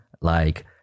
like-